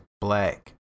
black